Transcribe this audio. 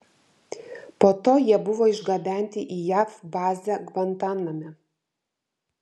po to jie buvo išgabenti į jav bazę gvantaname